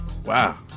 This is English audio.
Wow